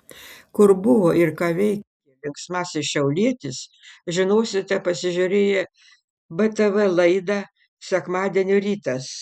kur buvo ir ką veikė linksmasis šiaulietis sužinosite pasižiūrėję btv laidą sekmadienio rytas